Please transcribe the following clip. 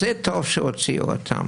אז זה טוב שהוציאו אותם.